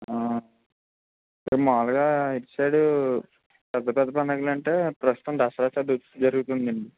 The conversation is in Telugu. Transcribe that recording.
మాములుగా ఇటు సైడు పెద్దపెద్ద పండగలంటే ప్రస్తుతం దసరా చతుర్ జరుగుతుందండి